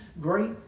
great